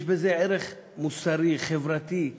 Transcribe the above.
יש בזה ערך מוסרי וחברתי,